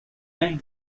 bank